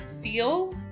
feel